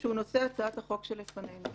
שהוא נושא הצעת החוק שלפנינו.